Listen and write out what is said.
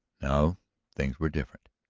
now things were different.